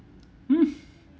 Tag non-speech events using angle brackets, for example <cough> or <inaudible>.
<noise>